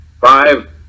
Five